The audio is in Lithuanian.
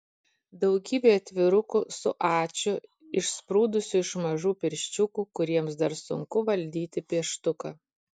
daugybė atvirukų su ačiū išsprūdusiu iš mažų pirščiukų kuriems dar sunku valdyti pieštuką